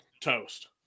Toast